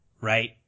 right